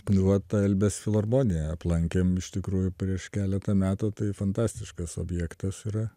nu vat tą elbės filarmoniją aplankėm iš tikrųjų prieš keletą metų tai fantastiškas objektas yra